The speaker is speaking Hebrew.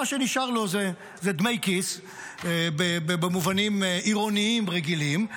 מה שנשאר לו זה דמי כיס במובנים עירוניים רגילים,